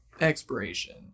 expiration